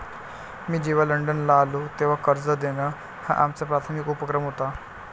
मी जेव्हा लंडनला आलो, तेव्हा कर्ज देणं हा आमचा प्राथमिक उपक्रम होता